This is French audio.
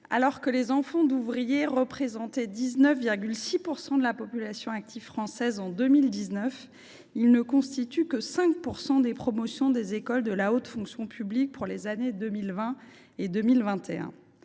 alors que les enfants d’ouvriers représentaient 19,6 % de la population active française en 2019, ils ne constituent que 5 % des promotions des écoles de la haute fonction publique pour les années 2020 et 2021.